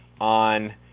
on